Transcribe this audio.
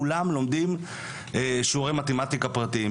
כולם לומדים שיעורי מתמטיקה פרטיים,